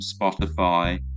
spotify